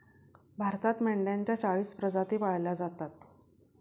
भारतात मेंढ्यांच्या चाळीस प्रजाती पाळल्या जातात